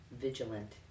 vigilant